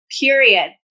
Period